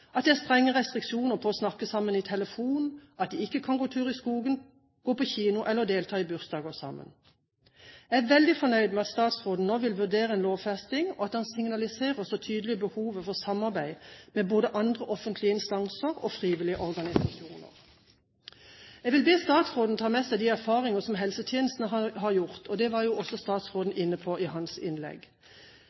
at det er strenge restriksjoner på å snakke sammen i telefon, at de ikke kan gå tur i skogen, gå på kino eller delta i bursdager sammen. Jeg er veldig fornøyd med at statsråden nå vil vurdere en lovfesting, og at han også signaliserer så tydelig behovet for samarbeid med både andre offentlige instanser og frivillige organisasjoner. Jeg vil be statsråden ta med seg de erfaringene som helsetjenesten har gjort, og det var også statsråden inne på i sitt innlegg.